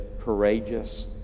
courageous